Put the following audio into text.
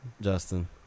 Justin